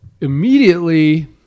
immediately